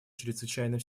чрезвычайным